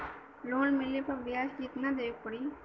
Loan मिलले पर ब्याज कितनादेवे के पड़ी?